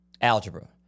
algebra